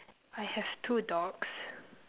I have two dogs